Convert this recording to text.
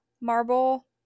marble